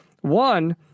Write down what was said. One